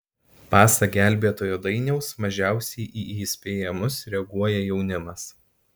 pasak gelbėtojo dainiaus mažiausiai į įspėjimus reaguoja jaunimas